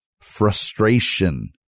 frustration